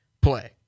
play